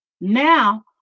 Now